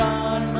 God